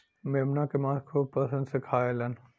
मेमना के मांस खूब पसंद से खाएलन